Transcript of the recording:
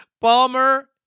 Palmer